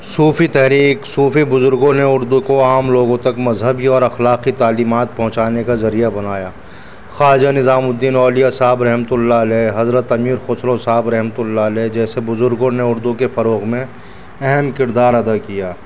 صوفی تحریک صوفی بزرگوں نے اردو کو عام لوگوں تک مذہبی اور اخلاقی تعلیمات پہنچانے کا ذریعہ بنایا خواجہ نظام الدین اولیہ صاحب رحمت اللہ علیہ حضرت امیر خسرو صاحب رحمت اللہ علیہ جیسے بزرگوں نے اردو کے فروغ میں اہم کردار ادا کیا